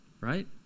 right